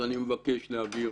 אז אני מבקש להבהיר